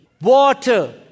Water